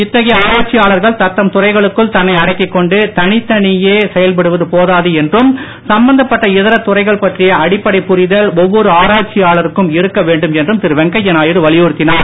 இன்றைய ஆராய்ச்சியாளர்கள் தத்தம் துறைகளுக்குள் தங்களை அடக்கிக் கொண்டு தனித்தனியே செயல்படுவது போதாது என்றும் சம்பந்தப்பட்ட இதர துறைகள் பற்றிய அடிப்படை புரிதல் ஒவ்வொரு ஆராய்ச்சியாளருக்கும் இருக்கு வேண்டும் என்றும் திரு வெங்கைய நாயுடு வலியுறுத்தினார்